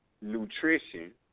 Nutrition